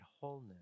wholeness